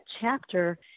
chapter